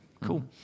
cool